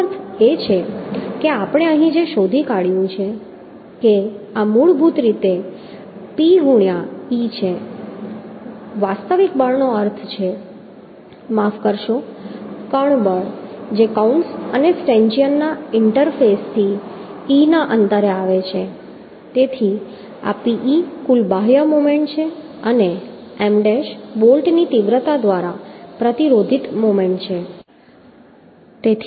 તેનો અર્થ એ છે કે આપણે અહીં જે શોધી કાઢ્યું છે કે આ M મૂળભૂત રીતે P ગુણ્યાં e છે કે વાસ્તવિક બળનો અર્થ છે માફ કરશો કણ બળ જે કૌંસ અને સ્ટેન્ચિયનના ઇન્ટરફેસથી e ના અંતરે આવે છે તેથી આ pe કુલ બાહ્ય મોમેન્ટ છે અને M ડેશ બોલ્ટની તીવ્રતા દ્વારા પ્રતિરોધિત મોમેન્ટ છે